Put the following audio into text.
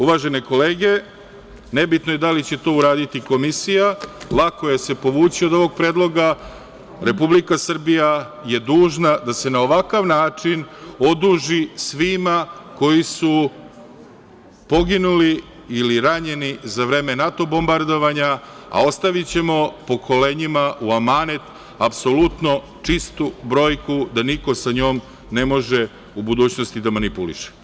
Uvažene kolege, nebitno je da li će to uraditi komisija, lako je se povući od ovog predloga, Republika Srbija je dužna da se na ovakav način oduži svima koji su poginuli ili ranjeni za vreme NATO bombardovanja, a ostavićemo pokolenjima u amanet apsolutno čistu brojku, da niko sa njom ne može u budućnosti da manipuliše.